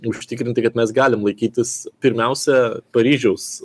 užtikrinti kad mes galim laikytis pirmiausia paryžiaus